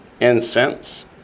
Incense